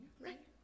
right